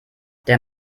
der